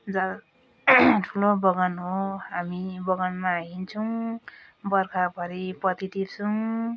जहाँ ठुलो बगान हो हामी बगानमा हिँड्छौँ बर्खाभरि पत्ती टिप्छौँ